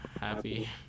happy